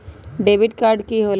Debit card की होला?